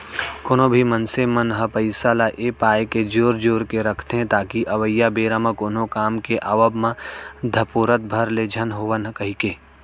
कोनो भी मनसे मन ह पइसा ल ए पाय के जोर जोर के रखथे ताकि अवइया बेरा म कोनो काम के आवब म धपोरत भर ले झन होवन कहिके